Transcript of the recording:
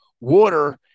water